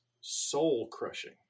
soul-crushing